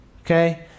Okay